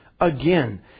Again